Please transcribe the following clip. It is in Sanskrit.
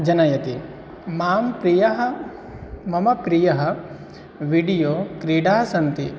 जनयति मां प्रियाः मम प्रियाः विडियो क्रीडाः सन्ति